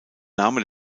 name